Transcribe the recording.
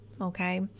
Okay